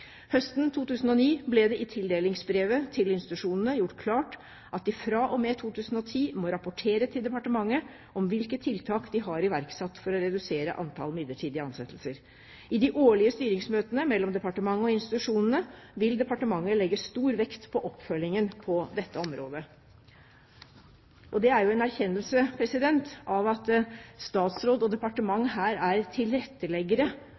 Høsten 2009 ble det i tildelingsbrevet til institusjonene gjort klart at de fra og med 2010 må rapportere til departementet om hvilke tiltak de har iverksatt for å redusere antall midlertidige ansettelser. I de årlige styringsmøtene mellom departementet og institusjonene vil departementet legge stor vekt på oppfølgingen på dette området. Det er jo en erkjennelse av at statsråd og departement her er tilretteleggere